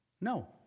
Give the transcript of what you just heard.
No